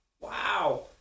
Wow